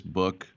book